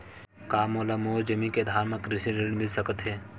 का मोला मोर जमीन के आधार म कृषि ऋण मिल सकत हे?